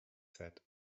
said